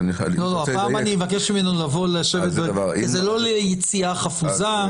לא, זה לא ליציאה חפוזה.